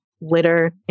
litter